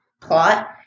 plot